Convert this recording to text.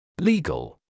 Legal